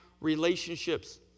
relationships